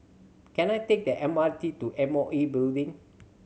can I take the M R T to M O E Building